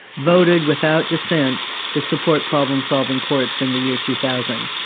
voted without dissent to support problem-solving courts in the year two thousand.